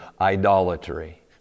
idolatry